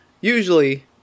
usually